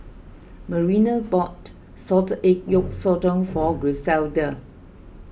Marina bought Salted Egg Yolk Sotong for Griselda